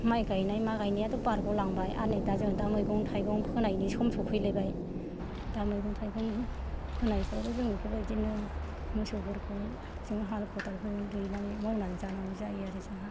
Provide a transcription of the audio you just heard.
माइ गायनाय मा गायनायाथ' बारग'लांबाय आरो नै दा जों दा मैगं थाइगं फोनायनि सम सौफैलायबाय दा मैगं थाइगं फोनायफ्रावबो जों बेफोरबायदिनो मोसौफोरखौ जों हाल खदालफोर दैनानै मावनानै जानांगौ जायो आरो जोंहा